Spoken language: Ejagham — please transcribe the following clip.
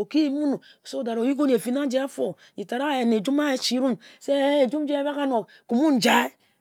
Oki yim-un so that oyi gun ehfin aji-afor nji tat ayen ejum a sirun se ehe ejum nji ebak anor kum-mun njia.